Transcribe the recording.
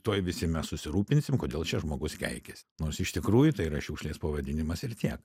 tuoj visi mes susirūpinsim kodėl čia žmogus keikiasi nors iš tikrųjų tai yra šiukšlės pavadinimas ir tiek